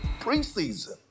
preseason